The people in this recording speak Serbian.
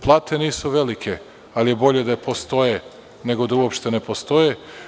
Plate nisu velike, ali je bolje da postoje nego da uopšte ne postoje.